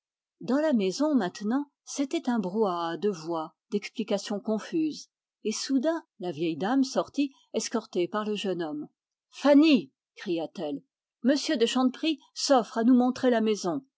dans la maison maintenant c'était un brouhaha de voix d'explications confuses et soudain la vieille dame sortit escortée par le jeune homme fanny cria-t-elle monsieur de chanteprie s'offre à nous montrer la maison